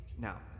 Now